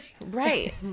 Right